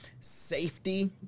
safety